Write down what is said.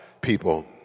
people